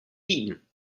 eaten